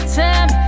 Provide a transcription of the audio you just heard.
time